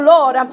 Lord